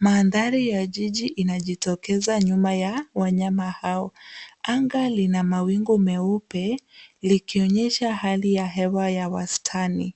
Mandhari ya jiji inajitokeza nyuma ya wanyama hao. Anga lina mawingu meupe likionyesha hali ya hewa ya wastani.